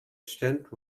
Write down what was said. stint